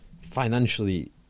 financially